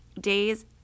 days